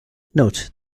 note